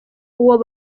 uwo